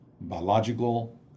biological